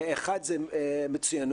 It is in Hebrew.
האחד זה מצוינות.